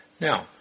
Now